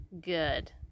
good